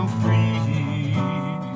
free